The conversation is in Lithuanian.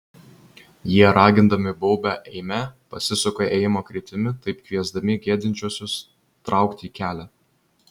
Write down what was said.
jie ragindami baubia eime pasisuka ėjimo kryptimi taip kviesdami gedinčiuosius traukti į kelią